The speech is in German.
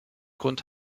grund